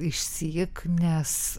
išsyk nes